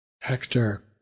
Hector